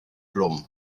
blwm